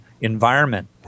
environment